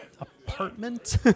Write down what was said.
apartment